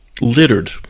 littered